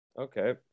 Okay